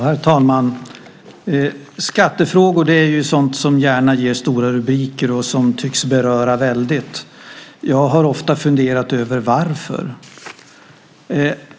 Herr talman! Skattefrågor är sådant som gärna ger stora rubriker och som tycks beröra väldigt. Jag har ofta funderat över varför.